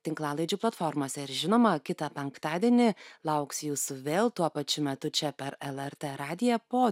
tinklalaidžių platformose ir žinoma kitą penktadienį lauksiu jūsų vėl tuo pačiu metu čia per lrt radiją po